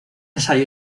ensayo